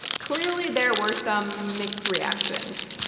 clearly there were some mixed reactions.